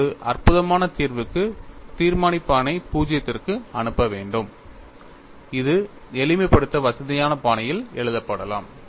ஒரு அற்பமான தீர்வுக்கு தீர்மானிப்பானை 0 க்கு அனுப்ப வேண்டும் இது எளிமைப்படுத்த வசதியான பாணியில் எழுதப்படலாம்